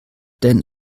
denn